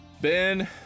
ben